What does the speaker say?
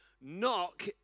knock